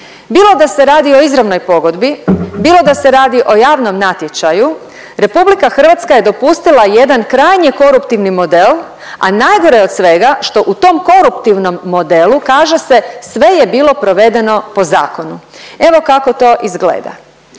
bilo da se radi o izravnoj pogodbi, bilo da se radi o javnom natječaju Republika Hrvatska je dopustila jedan krajnje koruptivni model, a najgore od svega što u tom koruptivnom modelu kaže se sve je bilo provedeno po zakonu. Evo kako to izgleda.